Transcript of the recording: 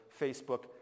Facebook